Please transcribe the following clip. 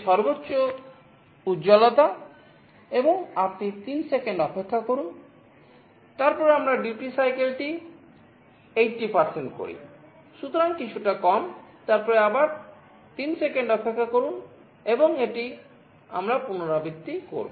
সুতরাং কিছুটা কম তারপরে আবার 3 সেকেন্ড অপেক্ষা করুন এবং এটি আমরা পুনরাবৃত্তি করব